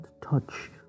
touch